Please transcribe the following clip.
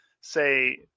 say